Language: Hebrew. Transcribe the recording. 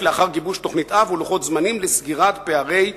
לאחר גיבוי תוכנית-אב ולוחות זמנים לסגירת פערי העבר".